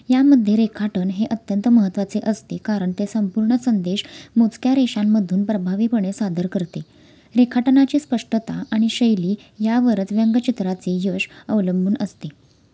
यामध्ये रेखाटन हे अत्यंत महत्त्वाचे असते कारण ते संपूर्ण संदेश मोजक्या रेषांमधून प्रभावीपणे सादर करते रेखाटनाची स्पष्टता आणि शैली यावरच व्यंगचित्राचे यश अवलंबून असते